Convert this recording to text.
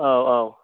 औ औ